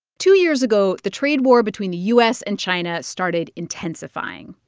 two years ago, the trade war between the u s. and china started intensifying.